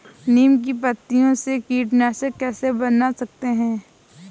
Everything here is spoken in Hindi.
नीम की पत्तियों से कीटनाशक कैसे बना सकते हैं?